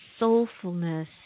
soulfulness